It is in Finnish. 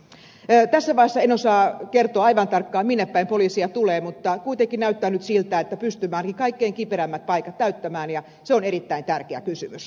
tässä vaiheessa en osaa kertoa aivan tarkkaan minne päin poliiseja tulee mutta kuitenkin näyttää nyt siltä että pystymme ainakin kaikkein kiperimmät paikat täyttämään ja se on erittäin tärkeä kysymys